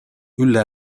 ülle